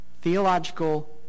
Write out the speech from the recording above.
theological